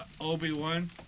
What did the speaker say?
Obi-Wan